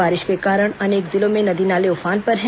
बारिश के कारण अनेक जिलों में नदी नाले उफान पर हैं